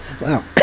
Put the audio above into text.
Wow